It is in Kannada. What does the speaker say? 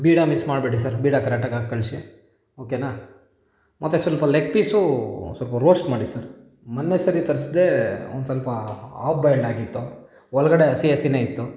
ಬೀಡ ಮಿಸ್ ಮಾಡಬೇಡಿ ಸರ್ ಬೀಡ ಕರೆಕ್ಟಾಗಿ ಹಾಕಿ ಕಳಿಸಿ ಓಕೆನ ಮತ್ತೆ ಸ್ವಲ್ಪ ಲೆಗ್ ಪೀಸೂ ಸ್ವಲ್ಪ ರೋಸ್ಟ್ ಮಾಡಿ ಸರ್ ಮೊನ್ನೆ ಸರಿ ತರಿಸ್ದೆ ಒಂದು ಸ್ವಲ್ಪ ಆಪ್ ಬಾಯ್ಲ್ಡ್ ಆಗಿತ್ತು ಒಳಗಡೆ ಹಸಿ ಹಸಿನೆ ಇತ್ತು